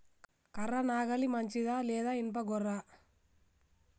కర్ర నాగలి మంచిదా లేదా? ఇనుప గొర్ర?